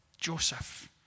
Joseph